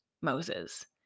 Moses